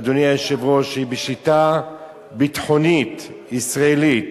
אדוני היושב-ראש, שהם בשליטה ביטחונית ישראלית